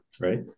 right